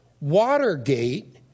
Watergate